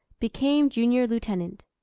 became junior lieutenant.